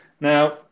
Now